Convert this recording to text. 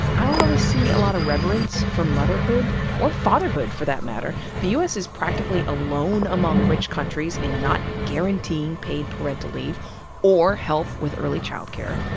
i don't really see a lot of reverence for motherhood, or fatherhood for that matter. the u s. is practically a lone among rich countries in not guaranteeing paid parental leave or help with early ch ild care.